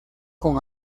con